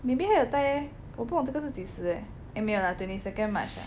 maybe 她有带欸我不懂这个是几时 eh eh 没有啦 twenty second march lah